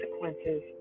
consequences